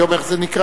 היום איך זה נקרא,